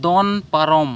ᱫᱚᱱ ᱯᱟᱨᱚᱢ